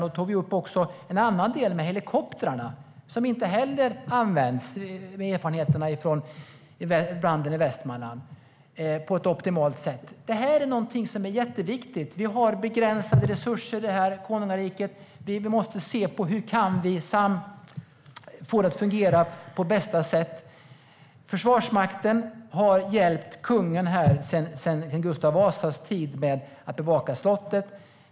Då tog vi upp en annan del: helikoptrarna, som med tanke på erfarenheterna från branden i Västmanland inte heller används på ett optimalt sätt. Det här är jätteviktigt. Vi har begränsade resurser i det här konungariket. Vi måste titta på hur vi kan få dem att fungera på bästa sätt. Försvarsmakten har sedan Gustav Vasas tid hjälpt kungen med att bevaka slottet.